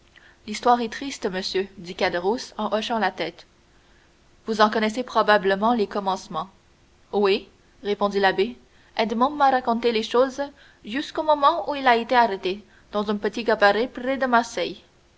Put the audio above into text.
l'histoire est triste monsieur dit caderousse en hochant la tête vous en connaissez probablement les commencements oui répondit l'abbé edmond m'a raconté les choses jusqu'au moment où il a été arrêté dans un petit cabaret près de marseille